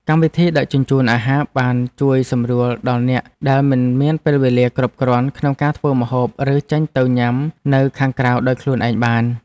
កម្មវិធីដឹកជញ្ជូនអាហារបានជួយសម្រួលដល់អ្នកដែលមិនមានពេលវេលាគ្រប់គ្រាន់ក្នុងការធ្វើម្ហូបឬចេញទៅញ៉ាំនៅខាងក្រៅដោយខ្លួនឯងបាន។